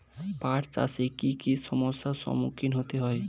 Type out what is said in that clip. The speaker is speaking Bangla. পাঠ চাষে কী কী সমস্যার সম্মুখীন হতে হয়?